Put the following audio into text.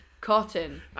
cotton